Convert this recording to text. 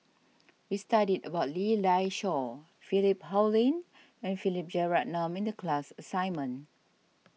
we studied about Lee Dai Soh Philip Hoalim and Philip Jeyaretnam in the class assignment